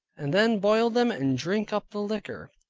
and then boil them, and drink up the liquor,